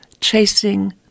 chasing